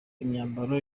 imyambaro